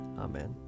Amen